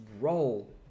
roll